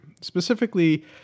Specifically